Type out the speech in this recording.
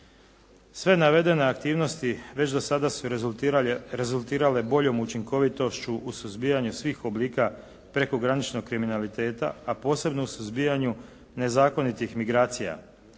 Sve navedene aktivnosti već do sada su rezultirale boljom učinkovitošću u suzbijanju svih oblika prekograničnog kriminaliteta, a posebno suzbijanju nezakonitih migracija.